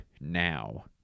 now